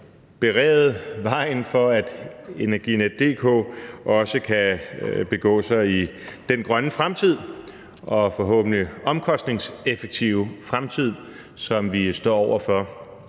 berede vejen for, at Energinet også kan begå sig i den grønne fremtid og forhåbentlig omkostningseffektive fremtid, som vi står over for.